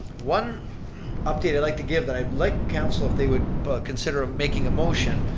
one update i'd like to give that i'd like council if they would but consider making a motion.